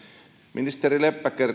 ministeri leppä